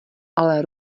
ale